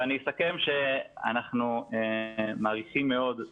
ואני אסכם שאנחנו מעריכים מאוד את